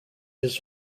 his